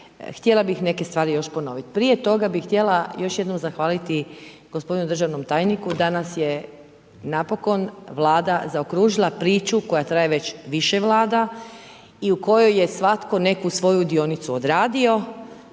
Htjela bi neke stvari još ponoviti. Prije toga bi htjela još jednom zahvaliti gospodinu državom tajniku, danas je napokon vlada zaokružila priču koja traje već više vlada i u kojoj je svatko neku svoju dionicu odradio